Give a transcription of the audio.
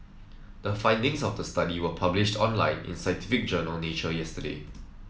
the findings of the study were published online in scientific journal Nature yesterday